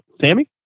Sammy